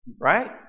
right